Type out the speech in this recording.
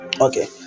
okay